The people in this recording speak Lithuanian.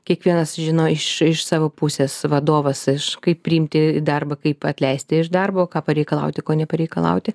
kiekvienas žino iš iš savo pusės vadovas iš kaip priimti į darbą kaip atleisti iš darbo ką pareikalauti ko nepareikalauti